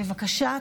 בבקשה,